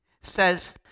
says